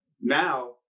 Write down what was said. now